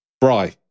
Bry